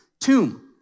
tomb